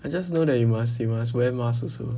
I just know that you must you must wear mask also